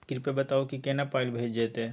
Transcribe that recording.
कृपया बताऊ की केना पाई भेजल जेतै?